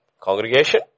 Congregation